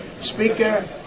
speaker